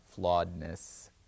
flawedness